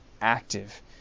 active